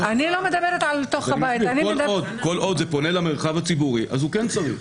אבל כל עוד זה פונה למרחב הציבורי אז הוא כן צריך.